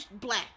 black